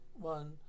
one